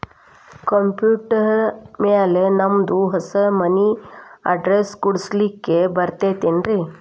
Computer ಮ್ಯಾಲೆ ನಮ್ದು ಹೊಸಾ ಮನಿ ಅಡ್ರೆಸ್ ಕುಡ್ಸ್ಲಿಕ್ಕೆ ಬರತೈತ್ರಿ?